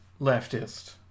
leftist